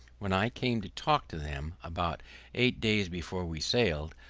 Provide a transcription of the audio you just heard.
when i came to talk to them about eight days before we sailed,